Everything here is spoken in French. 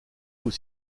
aux